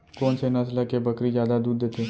कोन से नस्ल के बकरी जादा दूध देथे